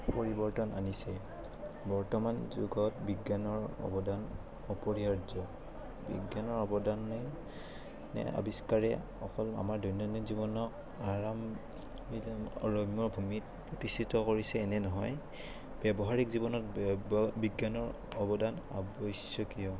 পৰিৱৰ্তন আনিছে বৰ্তমান যুগত বিজ্ঞানৰ অৱদান অপৰিহাৰ্য বিজ্ঞানৰ অৱদানে আৱিষ্কাৰে অকল আমাৰ দৈনন্দিন জীৱনক আৰাম ৰম্যভূমিত প্ৰতিষ্ঠিত কৰিছে এনে নহয় ব্যৱহাৰিক জীৱনত বিজ্ঞানৰ অৱদান আৱশ্যকীয়